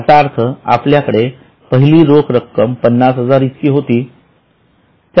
याचा अर्थ आपल्याकडे पहिली रोख रक्कम ५०००० इतकी होती